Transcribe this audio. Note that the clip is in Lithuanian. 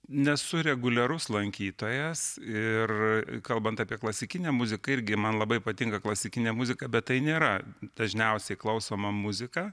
nesu reguliarus lankytojas ir kalbant apie klasikinę muziką irgi man labai patinka klasikinė muzika bet tai nėra dažniausiai klausoma muzika